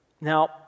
Now